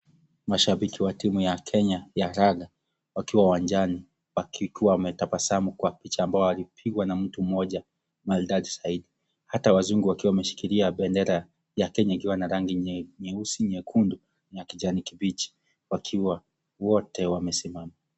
Mashabiki wa timu ya Kenya ya raga, wakiwa uwanjani wakiwa wametabasamu kwa picha ambayo walipigwa na mtu mmoja maridadi zaidi hata wazungu wakiwa wameshikilia bendera ya Kenya ikiwa na rangi nyeusi, nyekundu na kijanikibichi wakiwa wote wamesimama.